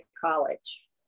college